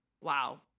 wow